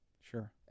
Sure